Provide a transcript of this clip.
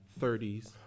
30s